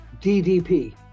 DDP